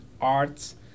arts